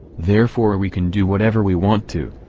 therefore we can do whatever we want to.